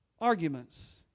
arguments